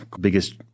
biggest